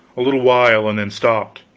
a little while, and then stopped.